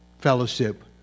fellowship